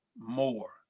more